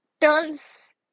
turns